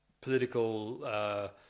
political